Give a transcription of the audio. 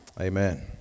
amen